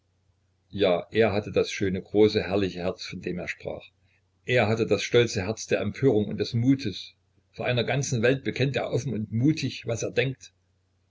ja er hatte das schöne große herrliche herz von dem er sprach er hatte das stolze herz der empörung und des mutes vor einer ganzen welt bekennt er offen und mutig was er denkt